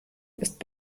ist